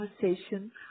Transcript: conversation